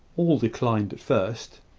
all declined first,